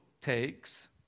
takes